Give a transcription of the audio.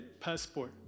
passport